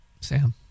Sam